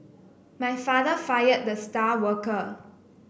my father fired the star worker